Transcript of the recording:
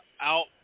out